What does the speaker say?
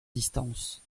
distance